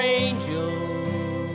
angels